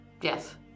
Yes